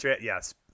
Yes